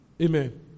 Amen